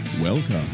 Welcome